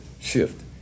shift